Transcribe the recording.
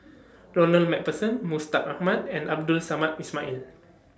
Ronald MacPherson Mustaq Ahmad and Abdul Samad Ismail